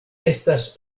estas